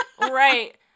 Right